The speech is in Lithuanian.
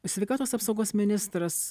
sveikatos apsaugos ministras